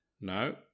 No